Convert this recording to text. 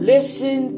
Listen